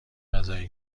غذای